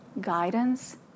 guidance